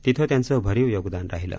तिथं त्यांचं भरीव योगदान राहीलं